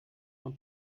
von